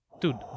Dude